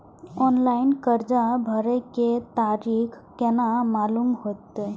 Online कर्जा भरे के तारीख केना मालूम होते?